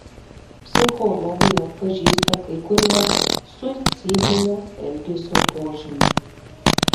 psichologai atpažįsta kai kuriuos suicidinio elgesio požymius